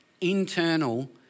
internal